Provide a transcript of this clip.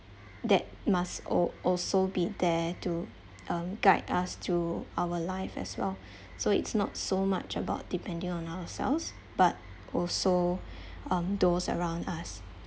that must al~ also be there to um guide us through our life as well so it's not so much about depending on ourselves but also um those around us